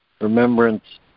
remembrance